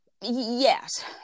Yes